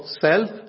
self